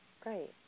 Great